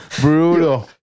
Brutal